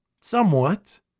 Somewhat